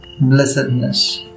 blessedness